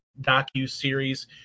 docu-series